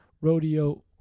Rodeo